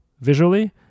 visually